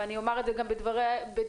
ואני אומר את זה גם בדברי הסיכום,